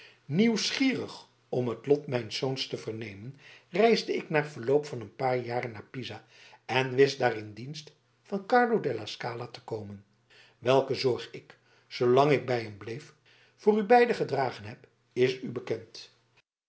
nieuwsgierig om het lot mijns zoons te vernemen reisde ik na verloop van een paar jaren naar pisa en wist daar in dienst van carlo della scala te komen welke zorg ik zoolang ik bij hem bleef voor u beiden gedragen heb is u bekend